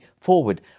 forward